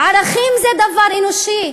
ערכים זה דבר אנושי.